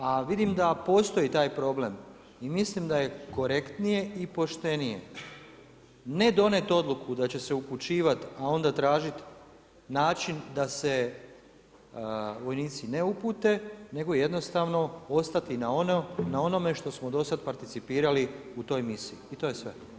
A vidim da postoji taj problem i mislim da je korektnije i poštenije ne donijeti odluku da će se upućivati a onda tražiti način da se vojnici ne upute nego jednostavno ostati na onome što smo do sada participirali u toj misiji i to je sve.